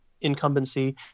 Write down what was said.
incumbency